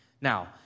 now